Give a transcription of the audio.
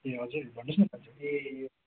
ए हजुर भन्नोस् न दाजु ए